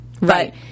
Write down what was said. Right